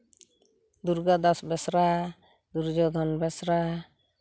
ᱫᱩᱨᱜᱟᱫᱟᱥ ᱵᱮᱥᱨᱟ ᱫᱩᱨᱡᱚᱫᱷᱚᱱ ᱵᱮᱥᱨᱟ